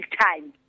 time